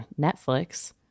Netflix